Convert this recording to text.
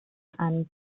and